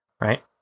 right